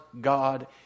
God